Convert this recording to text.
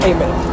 Amen